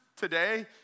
today